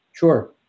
Sure